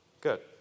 Good